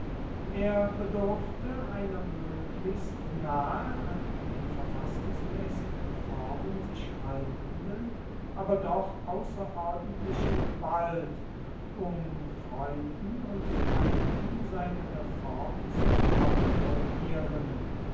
er bedurfte einer möglichst nahe an den verfassungsmäßigen formen sich haltenden aber doch außerordentlichen gewalt um freunden und feinden seine reform zu oktroyieren